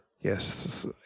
Yes